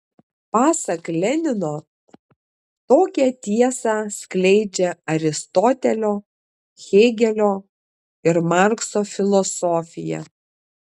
pasak lenino tokią tiesą skleidžia aristotelio hėgelio ir markso filosofija